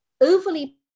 overly